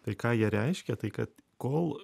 tai ką jie reiškia tai kad kol